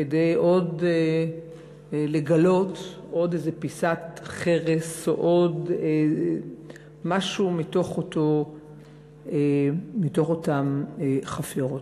כדי לגלות עוד איזה פיסת חרס או עוד משהו מתוך אותן חפירות.